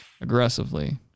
Aggressively